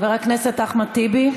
חבר הכנסת אחמד טיבי,